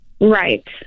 right